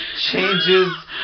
changes